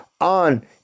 on